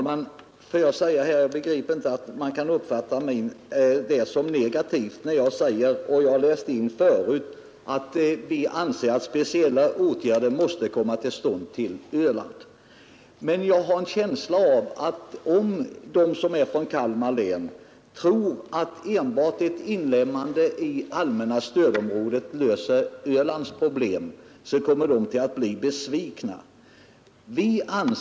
Herr talman! Jag begriper inte att man kan uppfatta mitt uttalande som negativt, när jag säger att vi anser att speciella åtgärder måste vidtagas i fråga om Öland. Om de som är från Kalmar län tror att enbart ett inlemmande i allmänna stödområdet skulle lösa Ölands problem, har jag en känsla av att de kommer att bli besvikna.